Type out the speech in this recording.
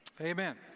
amen